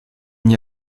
n’y